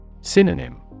Synonym